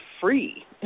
free